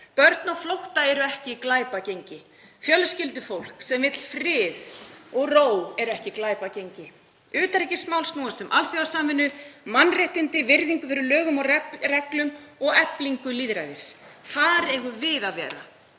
Börn á flótta eru ekki glæpagengi. Fjölskyldufólk sem vill frið og ró er ekki glæpagengi. Utanríkismál snúast um alþjóðasamvinnu, mannréttindi, virðingu fyrir lögum og reglum og eflingu lýðræðis. Þar eigum við að vera.